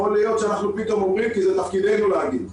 יכול להיות שאנחנו פתאום אומרים כי זה תפקידנו להגיד,